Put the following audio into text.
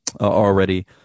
already